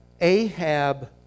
Ahab